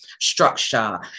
structure